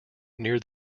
near